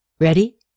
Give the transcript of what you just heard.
Ready